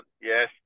yes